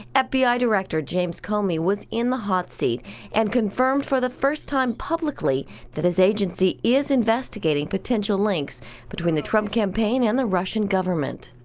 f b i. director james comey was in the hot seat and confirmed for the first time publicly that his agency is investigating potential links between the trump campaign and the russian government.